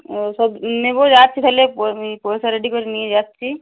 ও সব নেবো যাচ্ছি তালে প আমি পয়সা রেডি করে নিয়ে যাচ্ছি